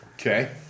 Okay